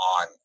on